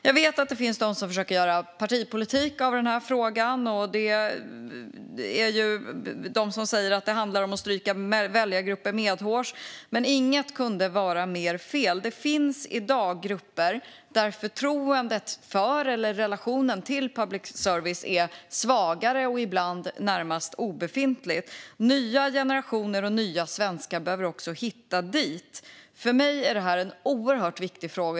Jag vet att det finns de som försöker göra partipolitik av den här frågan. Det finns de som säger att det handlar om att stryka väljargrupper medhårs, men inget kunde vara mer fel. Det finns i dag grupper där förtroendet för eller relationen till public service är svagare och ibland närmast obefintligt. Nya generationer och nya svenskar behöver också hitta dit. För mig är det här en oerhört viktig fråga.